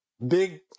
big